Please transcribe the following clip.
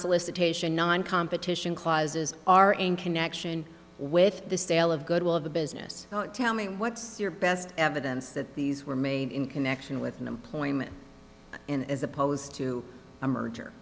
solicitation non competition clauses are in connection with the sale of good will of the business tell me what's your best evidence that these were made in connection with an employment in as opposed to a merger